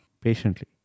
Patiently